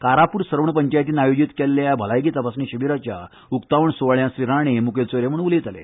कारापूर सरवण पंचायतीन आयोजित केल्ल्या फूकट भलायकी तपासणी शिबीराच्या उक्तावण सूवाळ्यात राणे मुखेल सोयरे म्हण उलयताले